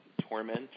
torment